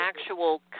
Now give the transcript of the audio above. actual